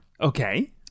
Okay